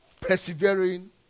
persevering